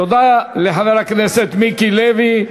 תודה לחבר הכנסת מיקי לוי.